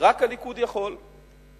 רק הליכוד יכול.